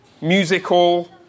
musical